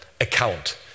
account